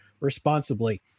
responsibly